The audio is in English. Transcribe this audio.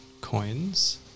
coins